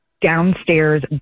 downstairs